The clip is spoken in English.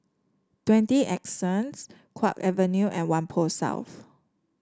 Twenty Anson Kwong Avenue and Whampoa South